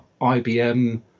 IBM